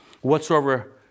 whatsoever